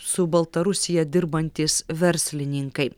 su baltarusija dirbantys verslininkai